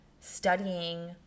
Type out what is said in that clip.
studying